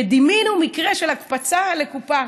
ודימינו מקרה של הקפצה לקופה,